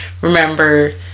remember